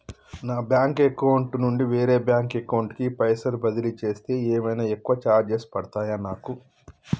నా bank account నుండి వేరే బ్యాంక్ అకౌంట్ కి పైసల్ బదిలీ చేస్తే ఏమైనా ఎక్కువ చార్జెస్ పడ్తయా నాకు?